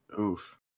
Oof